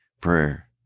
prayer